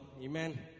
Amen